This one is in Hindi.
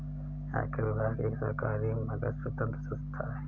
आयकर विभाग एक सरकारी मगर स्वतंत्र संस्था है